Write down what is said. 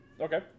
Okay